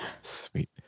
sweet